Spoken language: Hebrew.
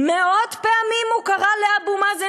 מאות פעמים הוא קרא לאבו מאזן,